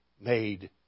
made